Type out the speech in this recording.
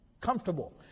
comfortable